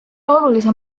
olulise